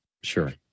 Sure